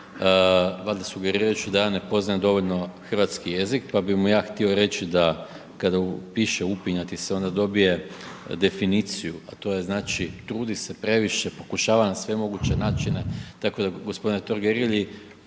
valjda sugerirajući da ja ne poznajem dovoljno hrvatski jezik, pa bi mu ja htio reći da kada piše upinjati se, onda dobije definiciju, a to znači, trudi se previše, pokušava na sve moguće načine, tako da g. Totgergeli